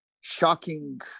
shocking